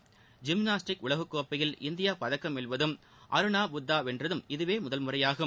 gymnastic உலக கோப்பையில் India பதக்கம் வெல்வதும் அருணா புத்தா வென்றதும் இதுவே முதல்முறையாகும்